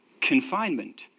confinement